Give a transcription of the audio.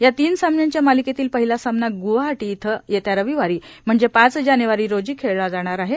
या तीन सामन्यांच्या मालिकेतील पहिला सामना ग्वाहाटी इथं येत्या रविवारी म्हणजे पाच जानेवारी रोजी खेळला जाणार आहे